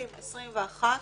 20' ו-21'